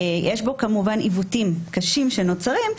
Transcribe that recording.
יש בו כמובן עיוותים קשים שנוצרים,